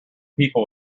people